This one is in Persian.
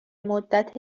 مدت